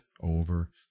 over